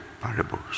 parables